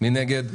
מי נגד?